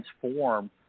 transform